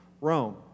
Rome